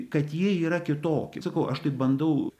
kad jie yra kitokie sakau aš tai bandau